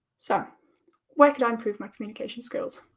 so where can i improve my communication skills?